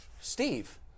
Steve